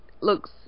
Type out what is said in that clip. looks